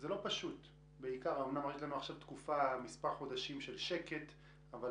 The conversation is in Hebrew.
המצב לא פשוט, אומנם כבר מספר חודשים יש לנו תקופה